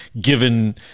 given